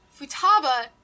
Futaba